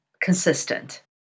consistent